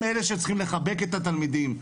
הם אלה שצריכים לחבק את התלמידים,